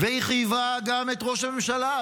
והיא חייבה גם את ראש הממשלה,